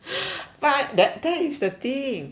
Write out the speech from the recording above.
but that that is the thing